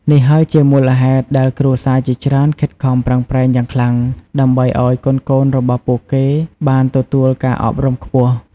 នេះហើយជាមូលហេតុដែលគ្រួសារជាច្រើនខិតខំប្រឹងប្រែងយ៉ាងខ្លាំង ដើម្បីឱ្យកូនៗរបស់ពួកគេបានទទួលការអប់រំខ្ពស់។